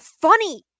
funny